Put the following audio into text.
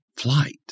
flight